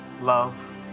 love